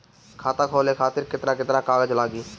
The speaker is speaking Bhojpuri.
खाता खोले खातिर केतना केतना कागज लागी?